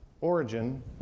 origin